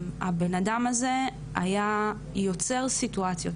הבנאדם הזה היה יוצר סיטואציות,